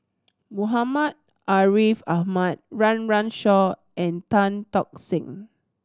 Muhammad Ariff Ahmad Run Run Shaw and Tan Tock Seng